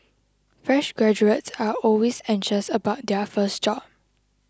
fresh graduates are always anxious about their first job